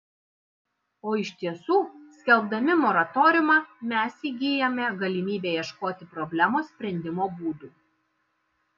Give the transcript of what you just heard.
o iš tiesų skelbdami moratoriumą mes įgyjame galimybę ieškoti problemos sprendimo būdų